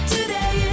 Today